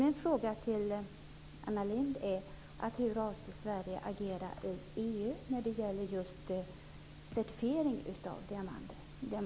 Min fråga till Anna Lindh är: Hur avser Sverige att agera i EU när det gäller just certifiering av diamanter?